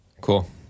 Cool